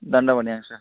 தண்டபாணியாங்க sir